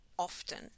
often